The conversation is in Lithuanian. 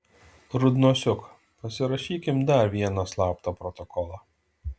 rudnosiuk pasirašykim dar vieną slaptą protokolą